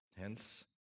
Hence